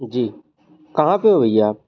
जी कहाँ पर हो भैया आप